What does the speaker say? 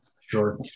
Sure